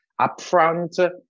upfront